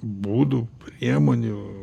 būdų priemonių